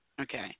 okay